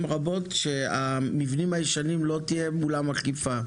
רבות שהמבנים הישנים לא תהיה מולם אכיפה,